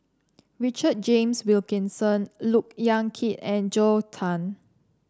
Richard James Wilkinson Look Yan Kit and Zhou Can